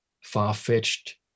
far-fetched